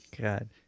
God